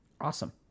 Awesome